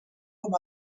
com